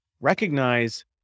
recognize